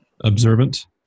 observant